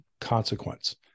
consequence